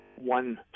one